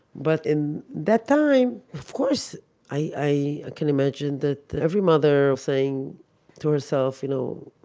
but in that time, of course i, i can imagine that every mother saying to herself, you know,